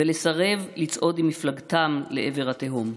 ולסרב לצעוד עם מפלגתם לעבר התהום.